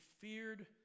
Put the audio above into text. feared